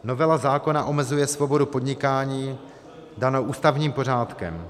Novela zákona omezuje svobodu podnikání danou ústavním pořádkem.